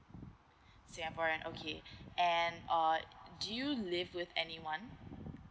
singaporean okay and uh do you live with anyone